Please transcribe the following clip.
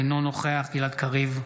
אינו נוכח גלעד קריב,